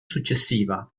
successiva